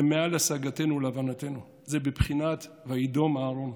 זה מעל להשגתנו, להבנתנו, זה בבחינת "וידם אהרן".